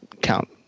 count